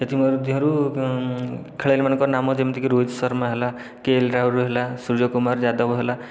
ସେଥିମଧ୍ୟରୁ ଖେଳାଳିମାନଙ୍କର ନାମ ଯେମିତିକି ରୋହିତ ଶର୍ମା ହେଲା କେଏଲ ରାହୁଲ ହେଲା ସୂର୍ଯ୍ୟକୁମାର ଯାଦବ ହେଲା